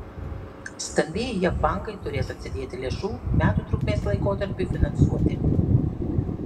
stambieji jav bankai turės atsidėti lėšų metų trukmės laikotarpiui finansuoti